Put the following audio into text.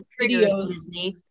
videos